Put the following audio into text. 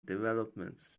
developments